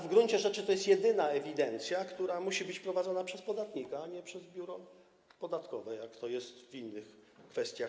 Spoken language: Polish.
W gruncie rzeczy to jest jedyna ewidencja, która musi być prowadzona przez podatnika, a nie przez biuro podatkowe, jak chociażby jest w innych kwestiach.